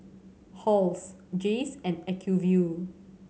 Halls Jays and Acuvue